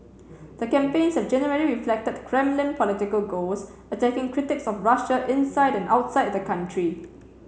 the campaigns have generally reflected Kremlin political goals attacking critics of Russia inside and outside the country